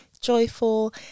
joyful